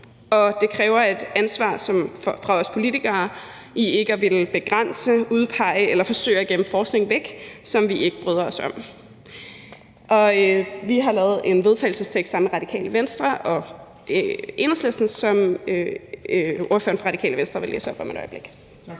og det kræver et ansvar hos os politikere i forhold til ikke at ville begrænse, udpege eller forsøge at gemme forskning væk, som vi ikke bryder os om. Vi har lavet en vedtagelsestekst sammen med Radikale Venstre og Enhedslisten, som ordføreren for Radikale Venstre vil læse op om et øjeblik. Kl.